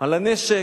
על הנשק,